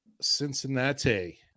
Cincinnati